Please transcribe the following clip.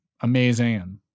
amazing